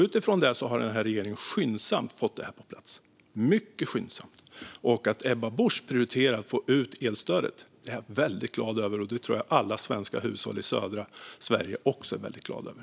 Utifrån detta har den här regeringen mycket skyndsamt fått det här på plats. Att Ebba Busch prioriterar att få ut elstödet är jag väldigt glad över, och det tror jag att alla hushåll i södra Sverige också är.